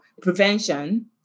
Prevention